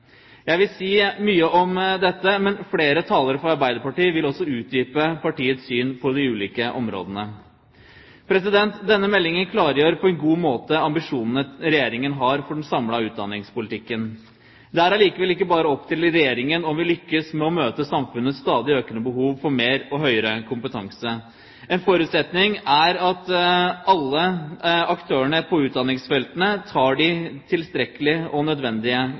Jeg vil si mye om dette, men flere talere fra Arbeiderpartiet vil også utdype partiets syn på de ulike områdene. Denne meldingen klargjør på en god måte ambisjonene Regjeringen har for den samlede utdanningspolitikken. Det er allikevel ikke bare opp til Regjeringen om vi lykkes med å møte samfunnets stadig økende behov for mer og høyere kompetanse. En forutsetning er at alle aktørene på utdanningsfeltene tar de tilstrekkelige og nødvendige